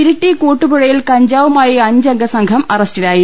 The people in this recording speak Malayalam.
ഇരിട്ടി കൂട്ടുപുഴയിൽ കഞ്ചാവുമായി അഞ്ചംഗ സംഘം അറസ്റ്റി ലായി